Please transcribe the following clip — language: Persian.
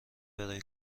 برای